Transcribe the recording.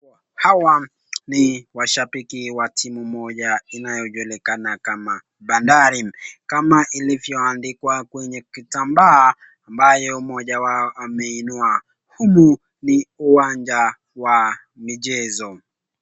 Hawa ni washabiki wa timu moja inayojulikana kama Bandari. Kama ilivyo andikwa kwenye kitambaa ambayo moja wao ameinua huu ni uwanja wa michezo.